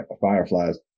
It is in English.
Fireflies